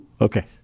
Okay